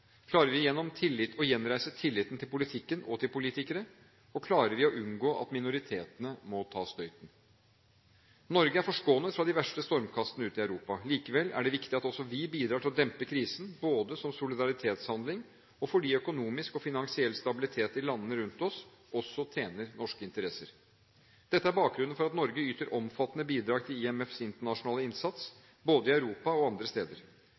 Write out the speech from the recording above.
Klarer vi å gjenreise tilliten til politikken og politikere? Og klarer vi å unngå at minoritetene må ta støyten? Norge er forskånet for de verste stormkastene ute i Europa. Likevel er det viktig at også vi bidrar til å dempe krisen, både som solidaritetshandling og fordi økonomisk og finansiell stabilitet i landene rundt oss også tjener norske interesser. Dette er bakgrunnen for at Norge yter omfattende bidrag til IMFs internasjonale innsats, både i Europa og andre steder.